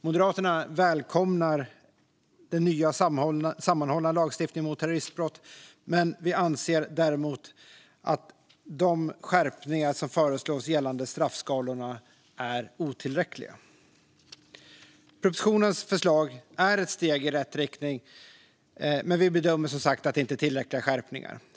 Moderaterna välkomnar en ny sammanhållen lagstiftning mot terroristbrott. Vi anser däremot att de skärpningar som föreslås gällande straffskalorna är otillräckliga. Propositionens förslag är ett steg i rätt riktning, men vi bedömer som sagt att skärpningarna inte är tillräckliga.